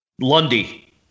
Lundy